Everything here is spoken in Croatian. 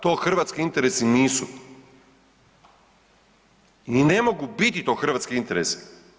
To hrvatski interesi nisu i ne mogu biti to hrvatski interesi.